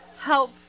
help